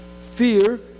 Fear